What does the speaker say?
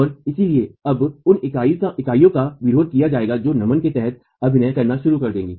और इसलिए अब उन इकाइयों का विरोध किया जाएगा जो नमन के तहत अभिनय करना शुरू कर देंगी